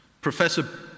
Professor